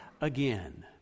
again